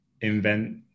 invent